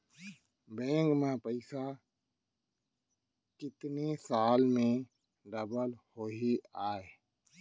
Bank में पइसा कितने साल में डबल होही आय?